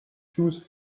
shoes